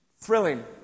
thrilling